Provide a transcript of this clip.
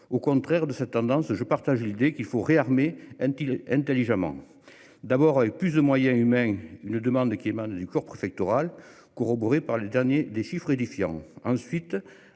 au contraire de cette tendance. Je partage l'idée qu'il faut réarmer until intelligemment. D'abord, avec plus de moyens humains. Une demande qui émane du corps préfectoral corroborée par le dernier des chiffres édifiants,